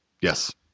Yes